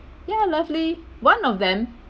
ya lovely one of them